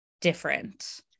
different